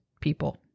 people